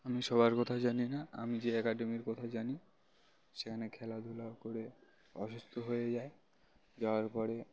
আমি সবার কথা জানি না আমি যে এক্যাডেমির কথা জানি সেখানে খেলাধুলা করে অসুস্থ হয়ে যাই যাওয়ার পরে